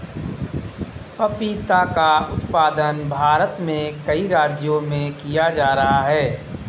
पपीता का उत्पादन भारत में कई राज्यों में किया जा रहा है